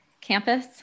campus